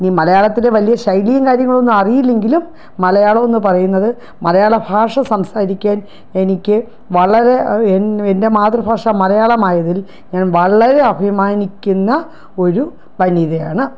ഇനി മലയാളത്തില് വലിയ ശൈലിയും കാര്യങ്ങളൊന്നും അറിയില്ലെങ്കിലും മലയാളമെന്ന് പറയുന്നത് മലയാളഭാഷ സംസാരിക്കാൻ എനിക്ക് വളരെ എൻ്റെ മാതൃഭാഷ മലയാളം ആയതിൽ ഞാൻ വളരെ അഭിമാനിക്കുന്ന ഒരു വനിതയാണ്